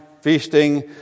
feasting